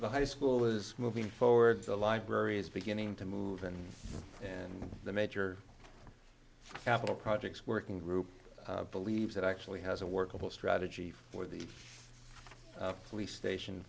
the high school is moving forwards the library is beginning to move in and the major capital projects working group believes it actually has a workable strategy for the police station